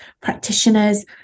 practitioners